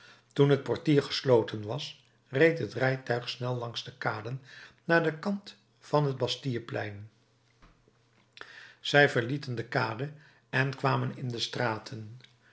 toen het portier gesloten was reed het rijtuig snel langs de kaden naar den kant van het bastilleplein zij verlieten de kade en kwamen in de straten